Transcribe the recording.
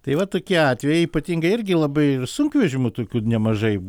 tai va tokie atvejai ypatingai irgi labai ir sunkvežimių tokių nemažai